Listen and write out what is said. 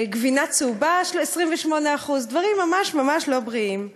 גבינה צהובה 28%, דברים ממש ממש לא בריאים.